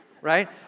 right